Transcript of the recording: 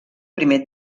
primer